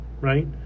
right